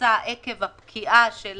ויצא עקב הפקיעה של